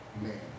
man